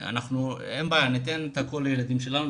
אין לנו בעיה לתת את הכול לילדים שלנו,